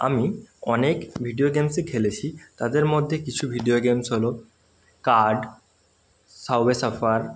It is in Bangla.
আমি অনেক ভিডিও গেমসই খেলেছি তাদের মধ্যে কিছু ভিডিও গেমস হল কার্ড সাবওয়ে সার্ফার